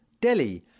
Delhi